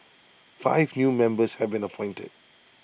five new members have been appointed